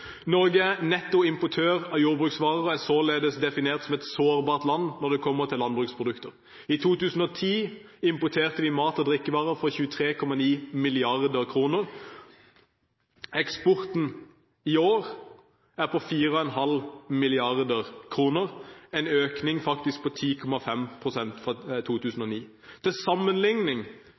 Norge er nettoimportør av jordbruksvarer og er således definert som et sårbart land når det kommer til landbruksprodukter. I 2010 importerte vi mat- og drikkevarer for 23,9 mrd. kr. Eksporten i år er på 4,5 mrd. kr – faktisk en økning på 10,5 pst. fra 2009. Til sammenligning